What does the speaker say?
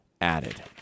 added